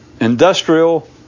industrial